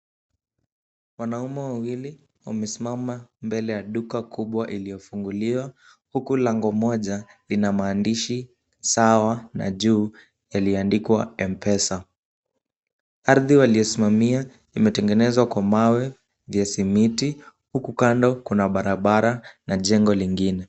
Wanaume wawili wamesimama mbele ya duka kubwa iliyofunguliwa huku lango moja ina maandishi sawa na juu yaliyoandikwa mpesa. Ardhi waliosimamia imetengenezwa kwa mawe ya simiti huku kando kuna barabara na jengo lingine.